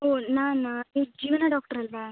ಓ ನಾನಾ ನೀವು ಜೀವನ ಡಾಕ್ಟ್ರ್ ಅಲ್ಲವಾ